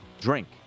Drink